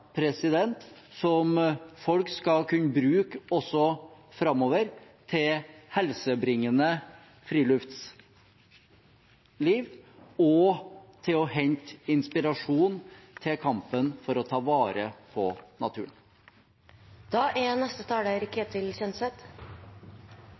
som folk skal kunne bruke også framover til helsebringende friluftsliv og til å hente inspirasjon til kampen for å ta vare på